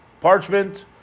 parchment